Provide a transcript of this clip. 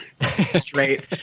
straight